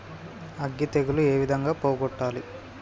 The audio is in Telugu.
అగ్గి తెగులు ఏ విధంగా పోగొట్టాలి?